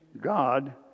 God